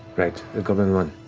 right, the goblin one.